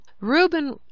Reuben